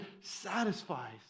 satisfies